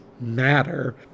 matter